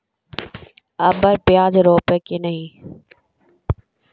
अबर प्याज रोप्बो की नय?